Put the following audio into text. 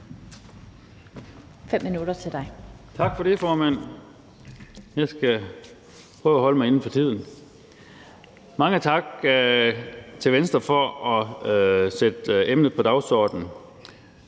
Tak for det, formand. Jeg skal prøve at holde mig inden for tiden. Mange tak til Venstre for at sætte emnet på dagsordenen.